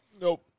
Nope